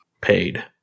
paid